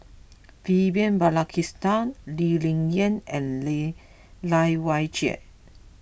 Vivian Balakrishnan Lee Ling Yen and Lai Weijie